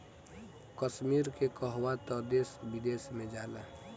कश्मीर के कहवा तअ देश विदेश में जाला